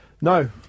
No